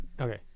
Okay